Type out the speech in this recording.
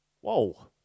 Whoa